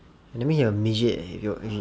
that means you're a midget eh